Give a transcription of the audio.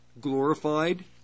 Glorified